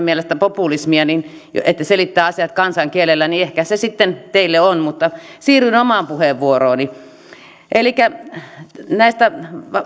mielestä populismia että selittää asiat kansan kielellä niin ehkä se sitten teille on mutta siirryn omaan puheenvuorooni elikkä näistä